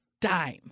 dime